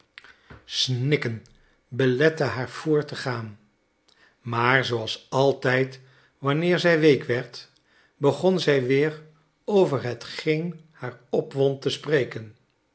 snikken beletten haar voort te gaan maar zooals altijd wanneer zij week werd begon zij weer over hetgeen haar opwond te spreken